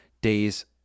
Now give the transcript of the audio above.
days